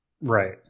Right